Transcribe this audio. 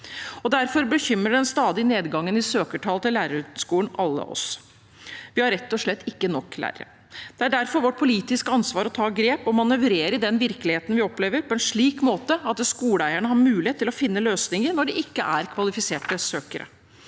Derfor bekymrer den stadige nedgangen i søkertall til lærerskolen oss alle. Vi har rett og slett ikke nok lærere. Det er derfor vårt politiske ansvar å ta grep og manøvrere i den virkeligheten vi opplever, på en slik måte at skoleeierne har mulighet til å finne løsninger når det ikke er kvalifiserte søkere.